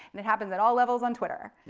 it happens at all levels on twitter.